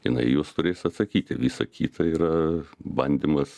jinai į juos turės atsakyti visa kita yra bandymas